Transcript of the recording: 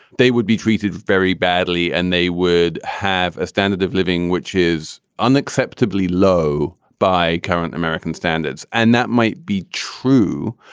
they would be treated very badly and they would have a standard of living which is unacceptably low by current american standards. and that might be true.